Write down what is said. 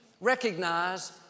recognize